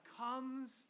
comes